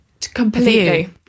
Completely